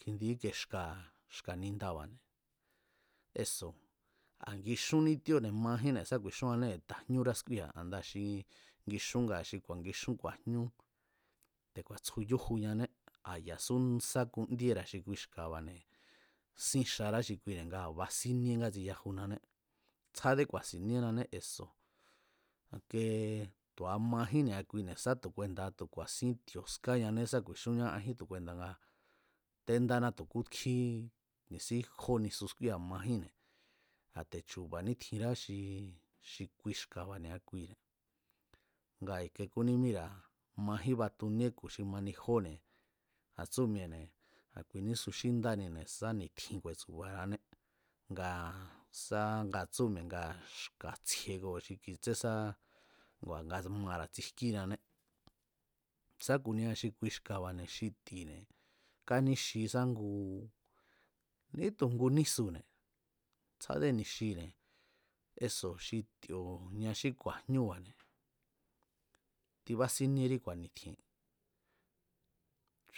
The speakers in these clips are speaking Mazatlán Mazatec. Kjindi íke xka̱, xka̱ nindabáne̱ eso̱ a̱ ngixúnní tíóne̱ majínne̱ sá ku̱i̱xúannée̱ ta̱jñúrá skúíi̱a a̱ndaa̱ xi ngixún xi ku̱a̱ngixún ku̱a̱jñú te̱ku̱a̱ tsjuyújuñané a̱ya̱su sákundíera̱ xi kui xka̱ba̱ne̱ sin xará xi kuine̱ ngaa̱ basíníe ngátsi yajunané tsjáde ku̱a̱si̱níénané, tu̱a majín ni̱a kuine̱ sa tu̱ ku̱e̱da̱a tu̱ ku̱a̱sín ti̱o̱ skáñané sá ku̱i̱xúnña ajín tu̱ kuenda̱ nga téndána tu̱ kútjín nisí jó nisu skúía̱ a̱ majínne̱ a̱ te̱ chu̱ba̱ní tjinrá xi kui xkaba̱ ni̱a kuine̱ nga i̱ke kúní míra̱ majín batuníe ku̱ xi mani jóne̱ a̱ tsú mi̱e̱ne̱ a̱ kunísu xí ndánine̱ sá ni̱tjin ku̱e̱tsu̱ba̱ra̱ané nga sa nga tsú mi̱e̱ nga xka̱ tsjie koo̱ xi kui tsen sá ngua̱ nga mara̱ tsijkínané sá ku̱nia xi kui xka̱ba̱ xi ti̱ne̱ káníxi sá ngu ni̱ítu̱ ngu nísune̱ tsjádé ni̱xine̱ eso̱ xi ti̱o̱ña xí ku̱a̱jñúba̱ne̱ tibásíníérí ku̱a̱ni̱tji̱e̱n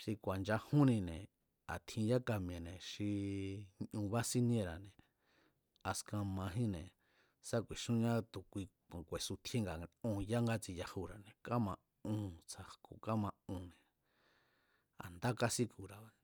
xi ku̱a̱nchajúnnine̱ a̱ tjin yáka mi̱e̱ne̱ xi ñu básíníéra̱ne̱ askan majínne̱ sá ku̱i̱xúnñá tu̱ kui ku̱a̱n ku̱e̱sutjíén ngaa̱ onya ngátsi yajura̱ne̱, káma'on ntsja̱jku̱ kama'onne̱ a̱ ndá kasíku̱ra̱ba̱ne̱